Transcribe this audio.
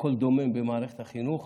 קול דומם במערכת החינוך